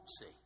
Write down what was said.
see